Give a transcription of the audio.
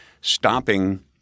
Stopping